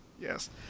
Yes